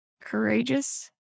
courageous